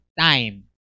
time